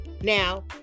Now